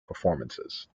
performances